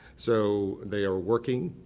so they are working,